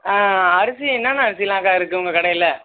அரிசி என்னென்ன அரிசிலாம்க்கா இருக்குது உங்கள் கடையில்